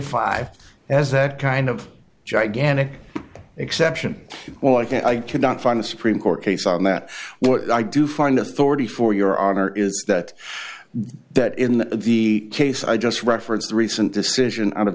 five as that kind of gigantic exception well i can't i cannot find a supreme court case on that what i do find authority for your honor is that that in the case i just referenced the recent decision o